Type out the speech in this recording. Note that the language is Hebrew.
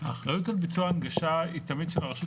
האחריות על ביצוע ההנגשה היא תמיד של הרשות